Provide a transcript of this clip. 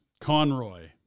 Conroy